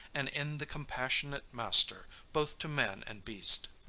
and in the compassionate master both to man and beast.